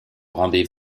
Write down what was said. rendez